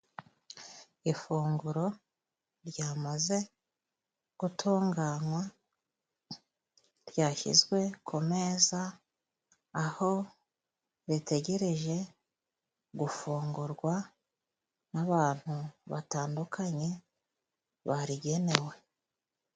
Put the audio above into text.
Ifunguro ryamaze gutunganywa ryashyizwe ku meza aho ritegereje gufungurwa n'abantu batandukanye barigenewe.